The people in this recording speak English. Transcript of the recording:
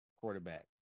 quarterback